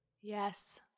Yes